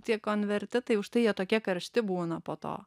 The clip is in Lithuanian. tie konvertitai užtai jie tokie karšti būna po to